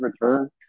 return